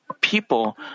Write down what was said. people